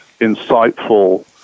insightful